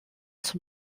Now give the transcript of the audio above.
zum